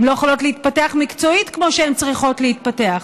הן לא יכולות להתפתח מקצועית כמו שהן צריכות להתפתח.